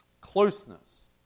closeness